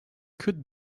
could